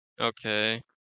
Okay